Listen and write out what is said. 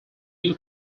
new